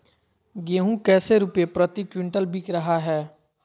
गेंहू कैसे रुपए प्रति क्विंटल बिक रहा है?